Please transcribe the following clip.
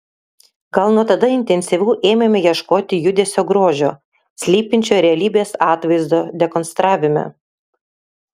gal nuo tada intensyviau ėmėme ieškoti judesio grožio slypinčio realybės atvaizdo dekonstravime